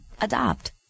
Adopt